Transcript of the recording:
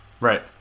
Right